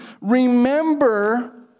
remember